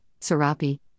Serapi